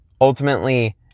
Ultimately